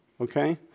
okay